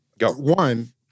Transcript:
one